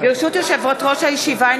ברשות יושבת-ראש הישיבה,